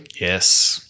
Yes